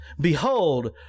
Behold